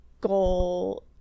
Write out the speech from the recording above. goal